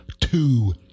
two